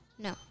No